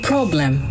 Problem